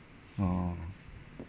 orh